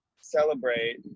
celebrate